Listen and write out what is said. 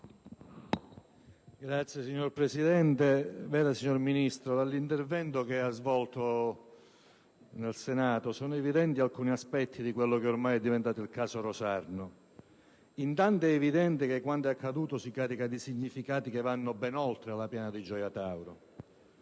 Signor Presidente, onorevoli senatori, dall'intervento che il Ministro ha svolto oggi in Senato sono evidenti alcuni aspetti di quello che ormai è diventato il caso Rosarno. Intanto è evidente che quanto accaduto si carica di significati che vanno ben oltre la piana di Gioia Tauro.